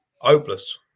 Hopeless